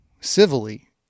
civilly